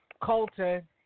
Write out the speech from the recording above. Colton